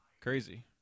Crazy